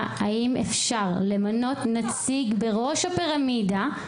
האם אפשר למנות נציג בראש הפירמידה,